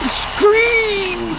scream